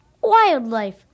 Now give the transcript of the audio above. wildlife